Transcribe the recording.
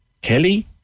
Kelly